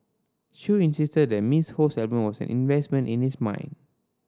Chew insisted that Miss Ho's album was an investment in his mind